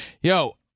Yo